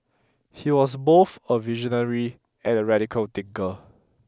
he was both a visionary and a radical thinker